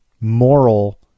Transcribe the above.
moral